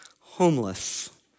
homeless